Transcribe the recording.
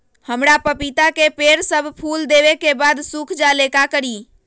हमरा पतिता के पेड़ सब फुल देबे के बाद सुख जाले का करी?